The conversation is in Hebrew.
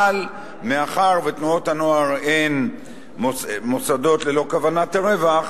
אבל מאחר שתנועות הנוער הן מוסדות ללא כוונת רווח,